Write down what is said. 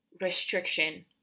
restriction